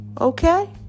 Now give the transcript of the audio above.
okay